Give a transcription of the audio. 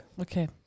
okay